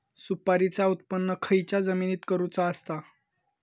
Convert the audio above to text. सुपारीचा उत्त्पन खयच्या जमिनीत करूचा असता?